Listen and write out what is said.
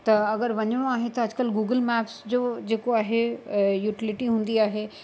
त अगरि वञिणो आहे त अॼुकल्ह गूगल मैप्स जो जेको आहे यूटिलिटी हूंदी आहे